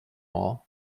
all